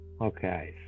Okay